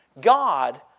God